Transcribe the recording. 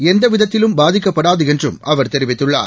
எந்தவிதத்திலும் பாதிக்கப்படாது என்றும் அவர் தெரிவித்துள்ளார்